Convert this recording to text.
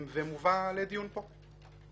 ומובא לדיון פה.